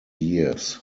years